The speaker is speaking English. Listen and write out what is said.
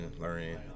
learning